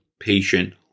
Patient